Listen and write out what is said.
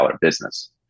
business